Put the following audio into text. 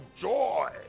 joy